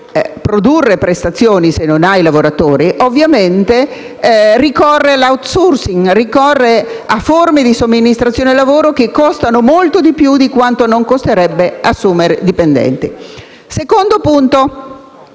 produrre prestazioni se non ha i lavoratori, ricorre ovviamente all'*outsourcing*, a forme di somministrazione del lavoro che costano molto di più di quanto non costerebbe assumere dipendenti. Un secondo tema